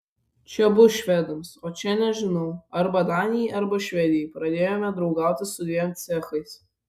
čia bus švedams o čia nežinau arba danijai arba švedijai pradėjome draugauti su dviem cechais